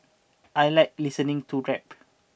I like listening to rap